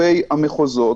המקומית,